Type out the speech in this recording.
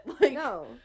No